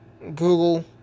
Google